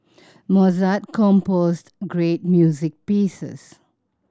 Mozart composed great music pieces